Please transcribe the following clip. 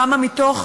כמה מתוך